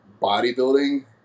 bodybuilding